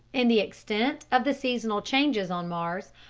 and the extent of the seasonal changes on mars,